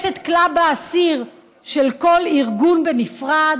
יש את קלאב האסיר של כל ארגון בנפרד.